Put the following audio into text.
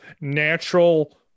natural